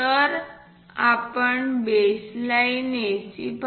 तर आपण baseline AC पासून बनवणार आहोत